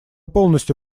полностью